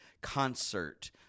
concert